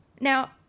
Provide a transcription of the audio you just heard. Now